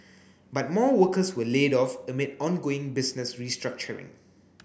but more workers were laid off amid ongoing business restructuring